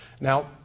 Now